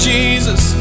Jesus